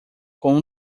com